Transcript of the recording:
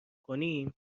کنیم